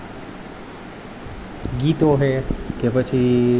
ગીતો છે કે પછી